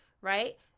right